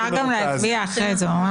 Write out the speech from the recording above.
אפשר גם להציע אחרי זה.